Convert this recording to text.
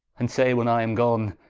and say when i am gone,